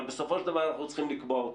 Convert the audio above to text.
אבל בסופו של דבר אנחנו צריכים לקבוע.